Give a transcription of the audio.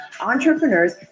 entrepreneurs